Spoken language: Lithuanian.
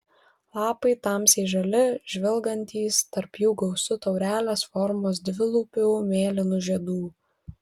lapai tamsiai žali žvilgantys tarp jų gausu taurelės formos dvilūpių mėlynų žiedų